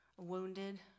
wounded